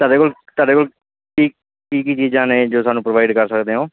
ਤੁਹਾਡੇ ਕੋਲ ਤੁਹਾਡੇ ਕੋਲ ਕੀ ਕੀ ਕੀ ਚੀਜ਼ਾਂ ਨੇ ਜੋ ਸਾਨੂੰ ਪ੍ਰੋਵਾਈਡ ਕਰ ਸਕਦੇ ਹੋ